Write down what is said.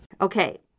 Okay